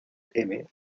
tienen